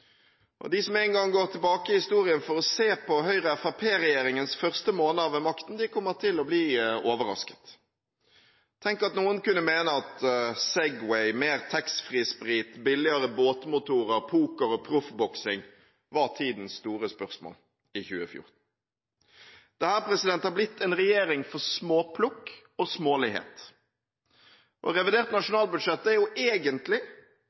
spørsmål. De som en gang går tilbake i historien for å se på Høyre–Fremskrittsparti-regjeringens første måneder ved makten, kommer til å bli overrasket. Tenk at noen kunne mene at Segway, mer taxfree-sprit, billigere båtmotorer, poker og proffboksing var tidens store spørsmål i 2014. Dette er blitt en regjering for småplukk og smålighet. Revidert nasjonalbudsjett er egentlig